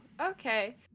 okay